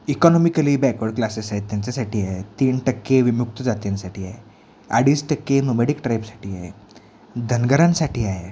economically backward classes आहेत त्यांच्यासाठी आहे तीन टक्के विमुक्त जातींसाठी आहे अडीच टक्के मुमॅडिक ट्राईबसाठी आहे धनगरांसाठी आहे